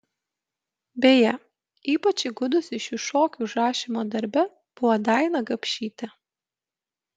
beje ypač įgudusi šių šokių užrašymo darbe buvo daina gapšytė